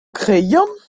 kreion